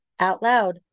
OUTLOUD